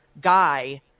guy